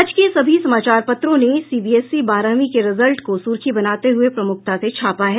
आज के सभी समाचारों पत्रों ने सीबीएसई बारहवीं के रिजल्ट को सुर्खी बनाते हुए प्रमुखता से छापा है